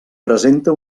presenta